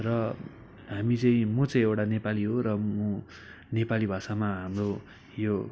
र हामी चाहिँ म चाहिँ एउटा नेपाली हो र म नेपाली भाषामा हाम्रो यो